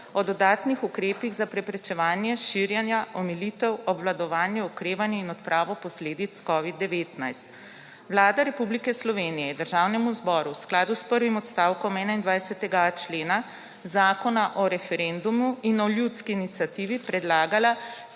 o dodatnih ukrepih za preprečevanje širjenja, omilitev, obvladovanje, okrevanje in odpravo posledic COVID-19. Vlada Republike Slovenije je Državnemu zboru v skladu s prvim odstavkom 21.a člena Zakona o referendumu in o ljudski iniciativi predlagala